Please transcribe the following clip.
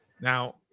Now